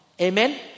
Amen